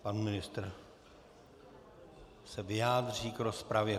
Pan ministr se vyjádří k rozpravě.